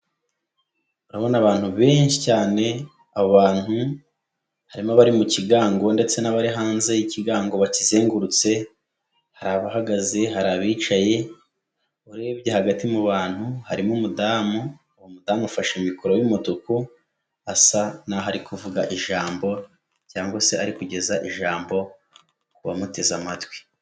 Urabona abantu benshi cyane, abo abantu harimo abari mu kigango ndetse n'abari hanze y'ikigango bakizengurutse, hari abahagaze hari abicaye, urebye hagati mu bantu harimo umudamu, uwo mudamu ufashe mikoro y'umutuku asa naho ari kuvuga ijambo cyangwa se ari kugeza ijambo ku bamu bamuteze amatwi.